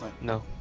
No